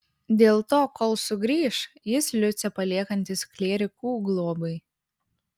dėl to kol sugrįš jis liucę paliekantis klierikų globai